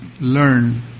learn